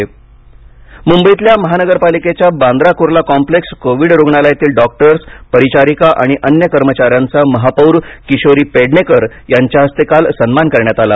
मुंबई महापौर मुंबईतल्या महानगरपालिकेच्या बांद्रा कुर्ला कॉम्प्लेक्स कोविड रुग्णालयातील डॉक्टर्स परिचारिका आणि अन्य कर्मचाऱ्यांचा महापौर किशोरी पेडणेकर यांच्या हस्ते काल सन्मान करण्यात आला